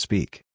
Speak